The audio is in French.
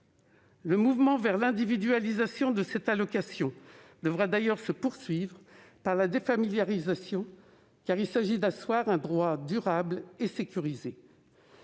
Le mouvement vers l'individualisation de cette allocation devra d'ailleurs se poursuivre par la défamiliarisation, car il s'agit d'asseoir un droit durable et sécurisé.